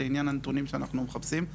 לעניין הנתונים שאנחנו מחפשים,